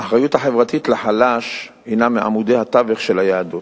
האחריות החברתית לחלש הינה מעמודי התווך של היהדות,